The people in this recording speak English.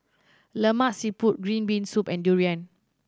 Lemak Siput green bean soup and durian